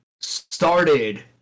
started